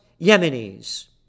Yemenis